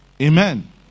Amen